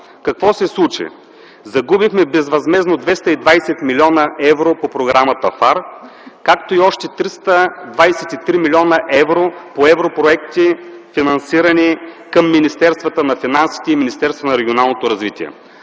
Какво се случи? Загубихме безвъзмездно 220 млн. евро по програмата ФАР, както и още 323 млн. евро по европроекти, финансирани към Министерството на финансите и Министерството на регионалното развитие